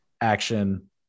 action